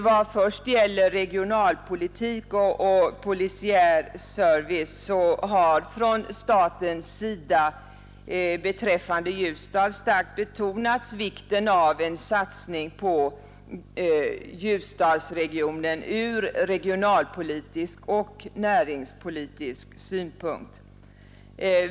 Vad först gäller regionalpolitik och polisiär service har från statsmakterna beträffande Ljusdal starkt betonats vikten av en satsning på Ljusdalsregionen ur regionalpolitisk och näringspolitisk synpunkt.